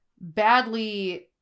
badly